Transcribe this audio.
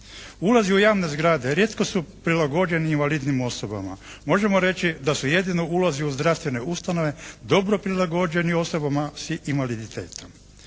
Ulazi u javne zgrade rijetko su prilagođeni invalidnim osobama. Možemo reći da su jedino ulazi u zdravstvene ustanove dobro prilagođeni osobama s invaliditetom.